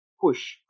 push